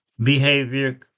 behavior